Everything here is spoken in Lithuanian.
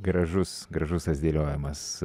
gražus gražus tas dėliojimas